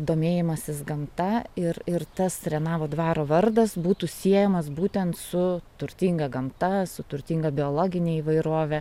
domėjimasis gamta ir ir tas renavo dvaro vardas būtų siejamas būtent su turtinga gamta su turtinga biologine įvairove